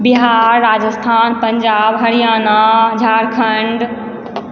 Bihar Rajasthan Punjab Haryana Jharkhand